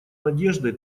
надеждой